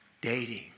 Dating